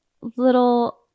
little